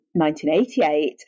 1988